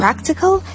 Practical